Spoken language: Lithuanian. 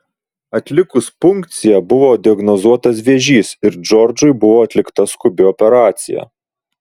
atlikus punkciją buvo diagnozuotas vėžys ir džordžui buvo atlikta skubi operacija